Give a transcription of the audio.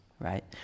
right